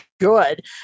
good